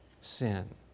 sin